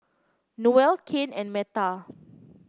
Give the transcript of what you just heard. Noelle Kane and Metta